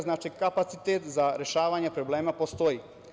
Znači, kapacitet za rešavanje problema postoji.